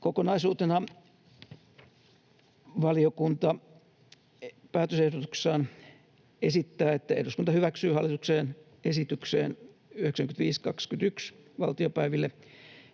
Kokonaisuutena valiokunta päätösehdotuksessaan esittää, että eduskunta hyväksyy hallituksen esitykseen 95/21 valtiopäiville